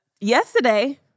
yesterday